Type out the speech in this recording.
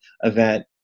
event